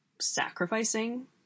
sacrificing